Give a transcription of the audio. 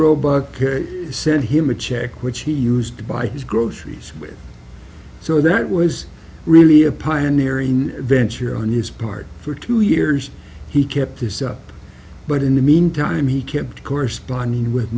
roebuck sent him a check which he used to buy his groceries with so that was really a pioneer in venture on his part for two years he kept this up but in the meantime he kept corresponding with